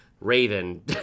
raven